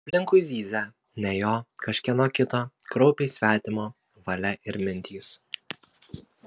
aplinkui zyzė ne jo kažkieno kito kraupiai svetimo valia ir mintys